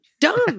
dumb